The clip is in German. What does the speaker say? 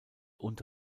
und